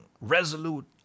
resolute